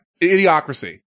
Idiocracy